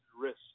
risk